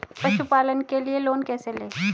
पशुपालन के लिए लोन कैसे लें?